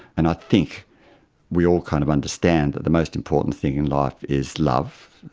and i think we all kind of understand that the most important thing in life is love,